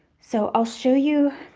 so i'll show you,